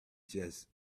just